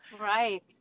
Right